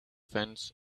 fence